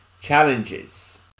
challenges